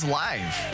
live